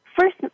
first